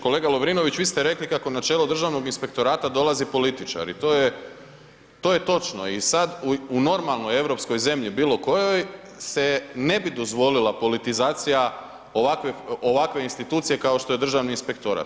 Kolega Lovrinović, vi ste rekli kako na čelo Državnog inspektorata dolazi političar i to je, to je točno i sad u normalnoj europskoj zemlji bilo kojoj se ne bi dozvolila politizacija ovakve institucije kao što je Državni inspektorat.